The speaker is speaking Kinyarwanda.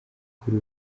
kuri